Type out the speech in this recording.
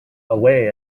away